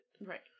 Right